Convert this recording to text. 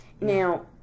Now